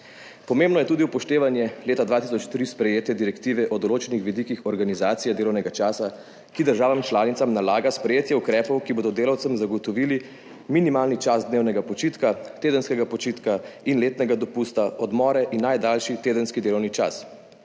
Pomembno je tudi upoštevanje leta 2003 sprejete direktive o določenih vidikih organizacije delovnega časa, ki državam članicam nalaga sprejetje ukrepov, ki bodo delavcem zagotovili minimalni čas dnevnega počitka, tedenskega počitka in letnega dopusta, odmore in najdaljši tedenski delovni čas.